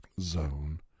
zone